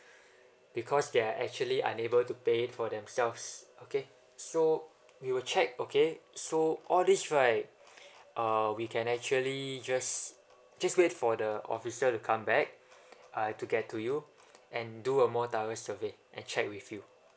because they are actually unable to pay for themselves okay so we will check okay so all these right uh we can actually just just wait for the officer to come back uh to get to you and do a more thorough survey and check with you